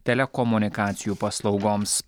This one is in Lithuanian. telekomunikacijų paslaugoms